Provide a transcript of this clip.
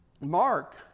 Mark